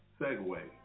segue